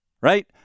right